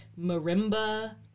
marimba